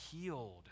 healed